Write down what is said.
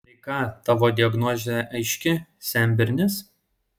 tai ką tavo diagnozė aiški senbernis